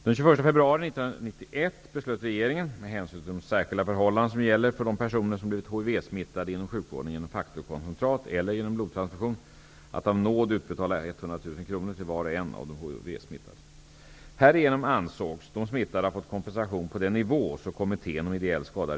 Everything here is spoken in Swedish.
Den 21 februari 1991 beslöt regeringen -- med hänsyn till de särskilda förhållanden som gäller för de personer som blivit hivsmittade inom sjukvården genom faktorkoncentrat eller genom blodtransfusion -- att av nåd utbetala 100 000 kr till var och en av de hivsmittade. Härigenom ansågs de smittade ha fått kompensation på den nivå som ersättning för ideell skada.